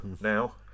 now